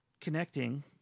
connecting